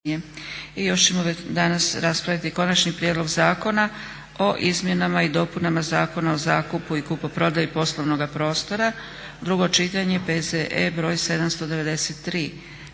I još ćemo danas raspraviti: - Konačni prijedlog Zakona o izmjenama i dopunama Zakona o zakupu i kupoprodaji poslovnog prostora, drugo čitanje, P.Z.E. br. 793.